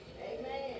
Amen